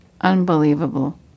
unbelievable